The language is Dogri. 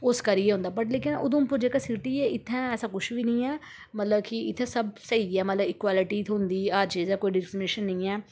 उस करियै होंदा लेकिन उधमपुर जेह्का सिटी ऐ इ'त्थें ऐसा कुछ बी निं ऐ मतलब कि इ'त्थें सब स्हेई ऐ मतलब इक्वलिटी थ्होंदी ऐ हर चीज़ कोई डिस्क्रिमिनेशन निं ऐ